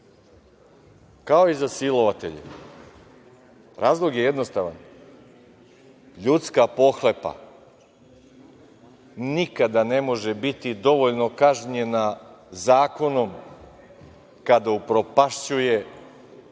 kao i za silovatelje. Razlog je jednostavan - ljudska pohlepa nikada ne može biti dovoljno kažnjena zakonom kada upropašćuje mlad